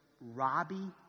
Robbie